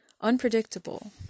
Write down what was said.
unpredictable